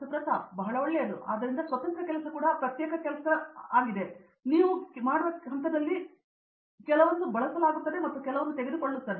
ಪ್ರತಾಪ್ ಹರಿದಾಸ್ ಬಹಳ ಒಳ್ಳೆಯದು ಆದ್ದರಿಂದ ಸ್ವತಂತ್ರ ಕೆಲಸ ಕೂಡ ಪ್ರತ್ಯೇಕ ಕೆಲಸ ಸ್ವಲ್ಪ ಆಗಿದೆ ನೀವು ಮಾಡುವ ಹಂತದಲ್ಲಿ ಕೆಲವು ಬಳಸಲಾಗುತ್ತದೆ ಮತ್ತು ಕೆಲವು ತೆಗೆದುಕೊಳ್ಳುತ್ತದೆ